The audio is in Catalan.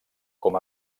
com